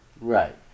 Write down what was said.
Right